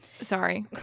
Sorry